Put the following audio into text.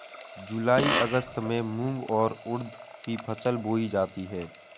जूलाई अगस्त में मूंग और उर्द की फसल बोई जाती है